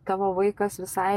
tavo vaikas visai